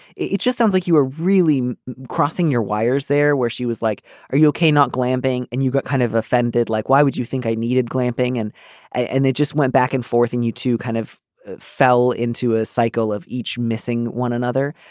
it just sounds like you were really crossing your wires there where she was like are you okay not glam being. and you got kind of offended like why would you think i needed clamping. and and they just went back and forth and to kind of fell into a cycle of each missing one another.